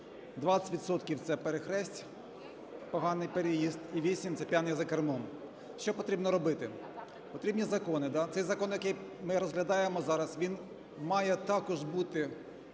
– це перехресть поганий переїзд і 8 – це п'яний за кермом. Що потрібно робити? Потрібні закони, да. Цей закон, який ми розглядаємо зараз, він має також бути